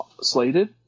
slated